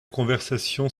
conversation